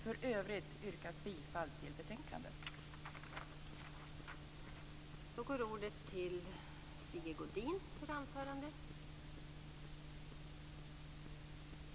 För övrigt yrkas bifall till hemställan i betänkandet.